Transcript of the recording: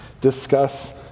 discuss